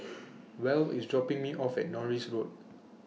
Val IS dropping Me off At Norris Road